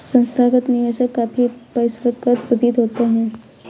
संस्थागत निवेशक काफी परिष्कृत प्रतीत होते हैं